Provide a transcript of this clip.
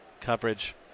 coverage